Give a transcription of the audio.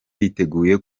biteguye